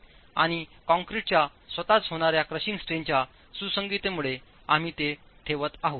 आणि कॉंक्रिटच्या स्वतःच होणाऱ्या क्रशिंग स्ट्रेंनच्या सुसंगततेमुळे आम्ही ते ठेवत आहोत